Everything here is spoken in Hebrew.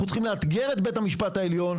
צריכים לאתגר את בית המשפט העליון,